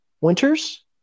Winters